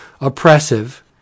oppressive